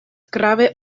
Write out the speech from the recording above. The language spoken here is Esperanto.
grave